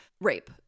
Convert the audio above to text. rape